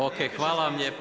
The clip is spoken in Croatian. OK, hvala vam lijepo.